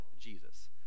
jesus